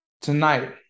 Tonight